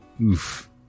Oof